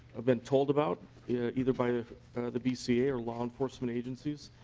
ah but told about yeah either by the bca or law enforcement agencies.